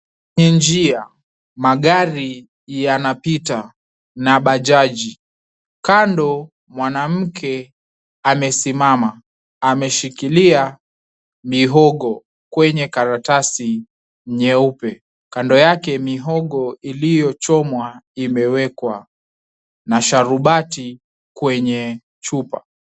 Ni njia. Magari yanapita na bajaji. Kando mwanamke amesimama. Ameshikilia mihogo kwenye karatasi nyeupe. Kando yake mihogo iliyochomwa imewekwa na sharubati kwenye chupa.